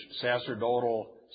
sacerdotal